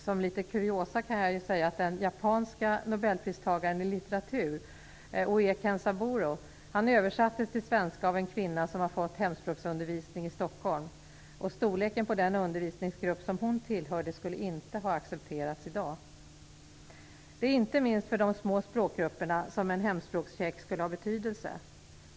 Som en kuriositet kan jag nämna att den japanske nobelpristagaren i litteratur Kenzaburo Oe översattes till svenska av en kvinna som fått hemspråksundervisning i Stockholm. Storleken på den undervisningsgrupp som hon tillhörde skulle inte ha accepterats i dag. Det är inte minst för de små språkgrupperna som en hemspråkscheck skulle ha betydelse.